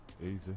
Easy